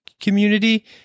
community